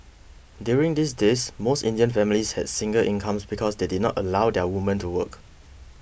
during these days most Indian families had single incomes because they did not allow their women to work